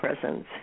Presence